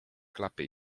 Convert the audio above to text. klapy